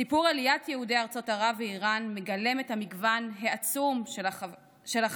סיפור עליית יהודי ארצות ערב ואיראן מגלם את המגוון העצום של החברות